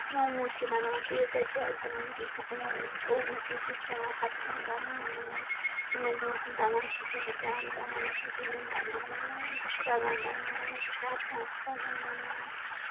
موموز چھِ بناوان پیزا چھِ آز بناوان کِچنس منٛز موموز اونس منٛز چھِ پیٚوان ہر کیٚنٛہہ بناوان آز تِمن دۄہن اوس نہٕ تگان کہیٖنۍ پرانہِ زمانہٕ اوس نہٕ کہیٖنۍ تگان بَناوُن ونکیٚنس چھُ تگان بَناوُن ونکیٚنس چھُ ہر کیٚنٛہہ تگان بَناوُن